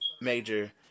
major